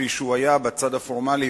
כפי שהוא היה בצד הפורמלי,